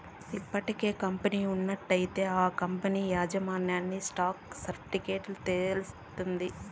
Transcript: ఇప్పటికే కంపెనీ ఉన్నట్లయితే ఆ కంపనీ యాజమాన్యన్ని స్టాక్ సర్టిఫికెట్ల తెలస్తాది